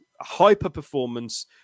hyper-performance